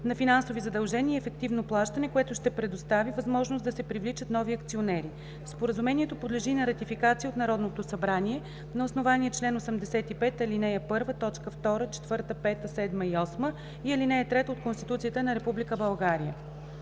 на финансови задължения и ефективно плащане, което ще предостави възможност да се привличат нови акционери. Споразумението подлежи на ратификация от Народното събрание на основание чл. 85, ал. 1, т. 2, 4, 5, 7 и 8 и ал. 3 от Конституцията на Република България.